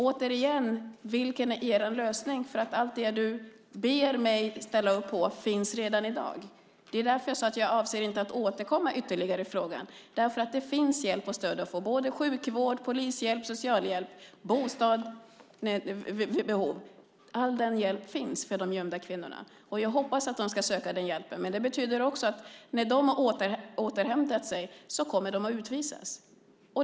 Återigen: Vilken är er lösning? Allt det du ber mig ställa upp på finns redan i dag. Det är därför jag säger att jag inte avser att återkomma ytterligare i frågan. Det finns hjälp och stöd att få. Det finns både sjukvård, polishjälp, socialhjälp och bostad vid behov. All denna hjälp finns för de gömda kvinnorna, och jag hoppas att de söker den hjälpen. Men det betyder också att när de har återhämtat sig kommer de att utvisas.